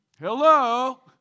Hello